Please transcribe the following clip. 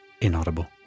Inaudible